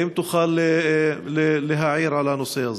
האם תוכל להעיר על הנושא הזה?